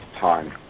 time